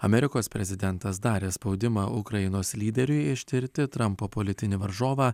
amerikos prezidentas darė spaudimą ukrainos lyderiui ištirti trampo politinį varžovą